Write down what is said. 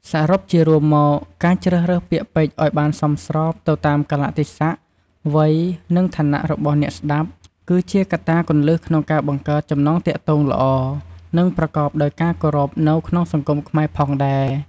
សរុបជារួមមក ការជ្រើសរើសពាក្យពេចន៍ឲ្យបានសមស្របទៅតាមកាលៈទេសៈ វ័យ និងឋានៈរបស់អ្នកស្តាប់ គឺជាកត្តាគន្លឹះក្នុងការបង្កើតចំណងទាក់ទងល្អ និងប្រកបដោយការគោរពនៅក្នុងសង្គមខ្មែរផងដែរ។